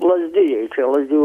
lazdijai čia lazdijų